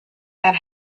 that